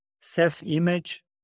self-image